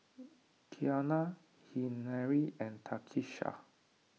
Kiana Henery and Takisha